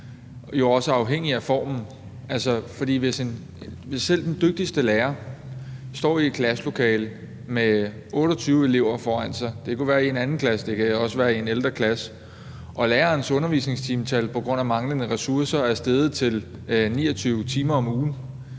om, jo også er afhængig af formen. For hvis selv den dygtigste lærer står i et klasselokale med 28 elever foran sig – det kunne være i en 2. klasse, men det kunne også være i en ældre klasse – og lærerens undervisningstimetal på grund af manglende ressourcer er steget til 29 timer om ugen,